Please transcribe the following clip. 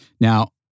Now